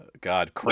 God